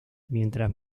mientras